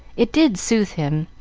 it did soothe him,